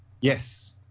Yes